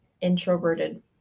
introverted